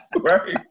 Right